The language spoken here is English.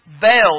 veiled